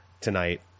tonight